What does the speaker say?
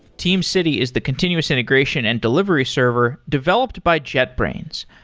teamcity is the continuous integration and delivery server developed by jetbrains.